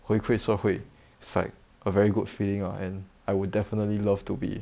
回馈社会 it's like a very good feeling ah and I would definitely love to be